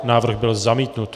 Návrh byl zamítnut.